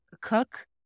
cook